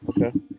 Okay